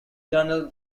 journal